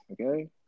Okay